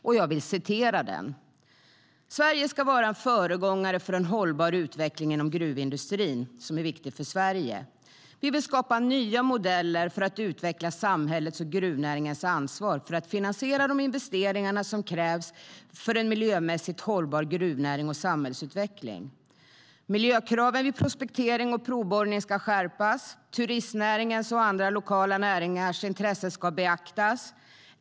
I överenskommelsen framgår att Sverige ska vara en föregångare för en hållbar utveckling inom gruvindustrin, som är viktig för Sverige. Vi vill skapa nya modeller för att utveckla samhällets och gruvnäringens ansvar för att finansiera de investeringar som krävs för en miljömässigt hållbar gruvnäring och samhällsutveckling. Miljökraven vid prospektering och provborrning ska skärpas. Turistnäringens och andra lokala näringars intressen ska beaktas.